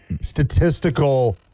statistical